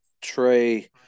Trey